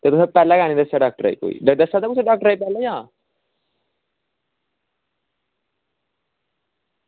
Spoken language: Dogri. ते तुसें पैह्लें कीऽ निं दस्सेआ डॉक्टरै गी तुसें पैह्लें दस्सेआ हा डॉक्टरै गी